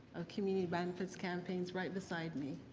community benefits campaigns right beside me.